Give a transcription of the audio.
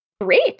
Great